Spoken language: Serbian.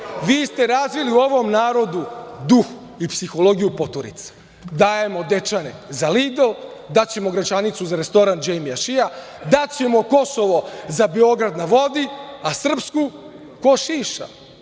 vi ste razvili u ovom narod duh i psihologiju poturice. Dajemo Dečane za Lidl, daćemo Gračanicu za restoran Džejmija Šija, daćemo Kosovo za Beograd na vodi, a Srpsku ko šiša,